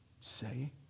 say